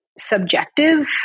subjective